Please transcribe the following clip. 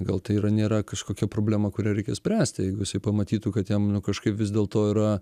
gal tai yra nėra kažkokia problema kurią reikia spręsti jeigu jisai pamatytų kad jam nu kažkaip vis dėlto yra